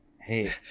Hey